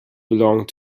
belong